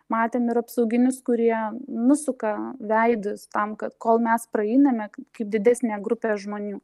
matėm ir apsauginius kurie nusuka veidus tam kad kol mes praeiname kaip didesnė grupė žmonių